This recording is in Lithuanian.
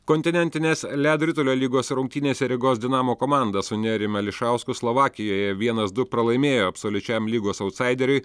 kontinentinės ledo ritulio lygos rungtynėse rygos dinamo komanda su nerijumi ališausku slovakijoje vienas du pralaimėjo absoliučiam lygos autsaideriui